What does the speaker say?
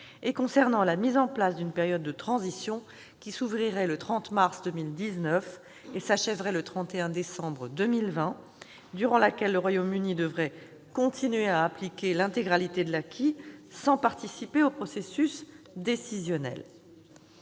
serait mise en place, qui s'ouvrirait le 30 mars 2019 et s'achèverait le 31 décembre 2020, durant laquelle le Royaume-Uni devrait continuer à appliquer l'intégralité de l'acquis, sans participer au processus décisionnel.